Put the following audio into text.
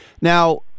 Now